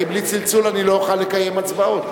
כי בלי צלצול אני לא אוכל לקיים הצבעות.